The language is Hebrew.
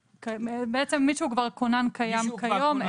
בעצם מי שהוא כבר כונן קיים כיום,